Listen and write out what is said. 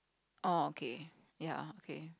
orh okay ya okay